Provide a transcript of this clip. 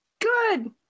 Good